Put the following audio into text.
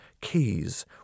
keys